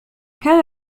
كان